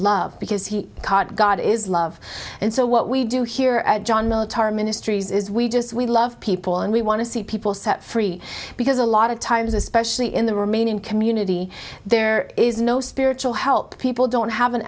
love because he caught god is love and so what we do here at john military ministries is we just we love people and we want to see people set free because a lot of times especially in the remaining community there is no spiritual help people don't have a